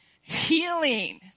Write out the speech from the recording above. healing